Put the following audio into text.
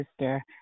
sister